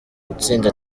gutsinda